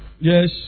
Yes